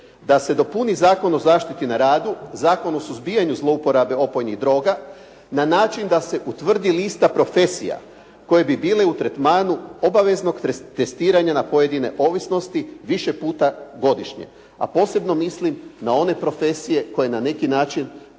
da se dopuni Zakon o zaštiti na radu, Zakon o suzbijanju zlouporabe opojnih droga na način da se utvrdi lista profesija koji bi bili u tretmanu obaveznog testiranja na pojedine ovisnosti više puta godišnje, a posebno mislim na one profesije koje na neki način